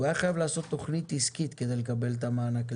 הוא היה חייב לעשות תוכנית עסקית כדי לקבל את המענק,